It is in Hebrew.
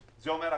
זה אומר הכול.